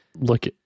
look